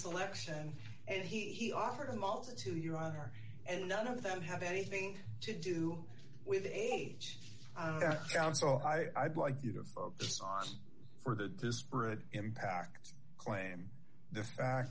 selection and he offered a multitude your honor and none of that have anything to do with age counsel i'd like you to focus on for the disparate impact claim the fact